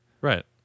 Right